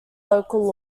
local